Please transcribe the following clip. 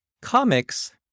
Comics